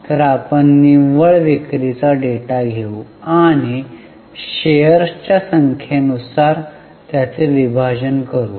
तर आपण निव्वळ विक्रीचा डेटा घेऊ आणि शेअर्सच्या संख्ये नुसार त्याचे विभाजन करू